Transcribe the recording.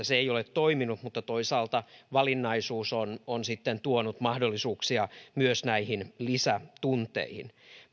se ei ole toiminut mutta toisaalta valinnaisuus on on sitten tuonut mahdollisuuksia myös lisätunteihin